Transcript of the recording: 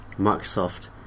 Microsoft